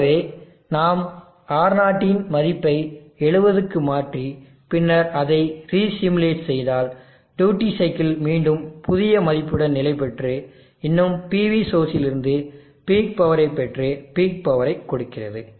ஆகவே நாம் R0 இன் மதிப்பை 70 க்கு மாற்றி பின்னர் அதை ரீசிமுலேட் செய்தால் டியூட்டி சைக்கிள் மீண்டும் புதிய மதிப்புடன் நிலைபெற்று இன்னும் PV சோர்ஸ் இல் இருந்து பீக் பவரை பெற்று பீக் பவரை கொடுக்கிறது